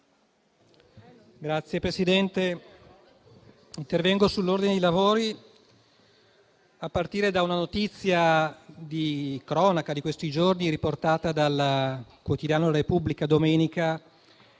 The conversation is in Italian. Signor Presidente, intervengo sull'ordine dei lavori partendo da una notizia di cronaca di questi giorni, riportata dal quotidiano "La Repubblica" domenica,